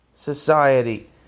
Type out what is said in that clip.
society